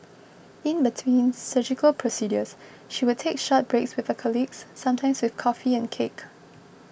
in between surgical procedures she would take short breaks with a colleagues sometimes with coffee and cake